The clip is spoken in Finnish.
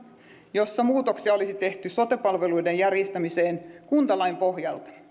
jossa muutoksia sote palveluiden järjestämiseen olisi tehty kuntalain pohjalta